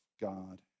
God